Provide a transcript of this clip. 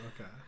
Okay